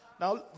Now